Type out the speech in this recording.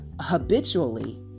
habitually